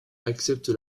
accepte